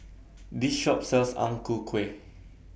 This Shop sells Ang Ku Kueh